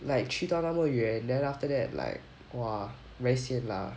like 去到那么远 then after that like !wah! very sian lah